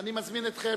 אני מזמין אתכם